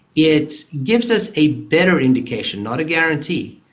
it gives us a better indication, not a guarantee,